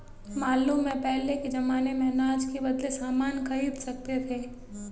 मालूम है पहले के जमाने में अनाज के बदले सामान खरीद सकते थे